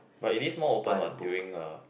but it is more open what during uh